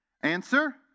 Answer